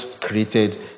created